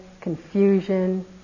confusion